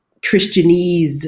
Christianese